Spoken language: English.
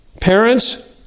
Parents